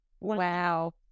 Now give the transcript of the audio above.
Wow